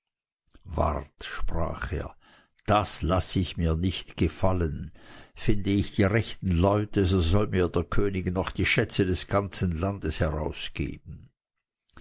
wart sprach er das laß ich mir nicht gefallen finde ich die rechten leute so soll mir der könig noch die schätze des ganzen landes herausgeben